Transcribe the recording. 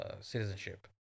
citizenship